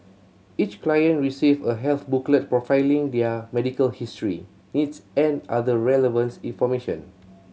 each client receive a health booklet profiling their medical history needs and other relevant information